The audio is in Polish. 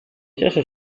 cieszę